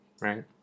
right